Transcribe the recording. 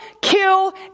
kill